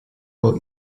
while